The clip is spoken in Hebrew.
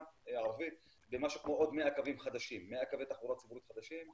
הערבית במשהו כמו עוד 100 קווי תחבורה ציבורית חדשים.